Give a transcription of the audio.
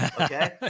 Okay